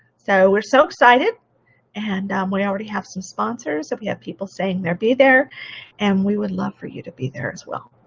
so we're so excited and um we already have some sponsors, we have people saying they'll be there and we would love for you to be there as well.